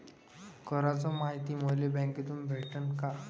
कराच मायती मले बँकेतून भेटन का?